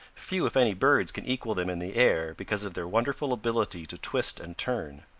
few if any birds can equal them in the air because of their wonderful ability to twist and turn.